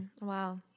Wow